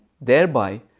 thereby